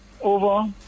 over